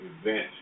event